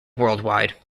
worldwide